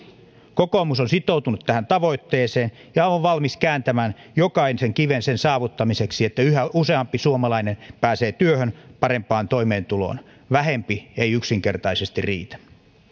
kokoomus on sitoutunut tähän tavoitteeseen ja on valmis kääntämään jokaisen kiven sen saavuttamiseksi että yhä useampi suomalainen pääsee työhön parempaan toimeentuloon vähempi ei yksinkertaisesti riitä